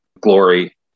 glory